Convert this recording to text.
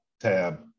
tab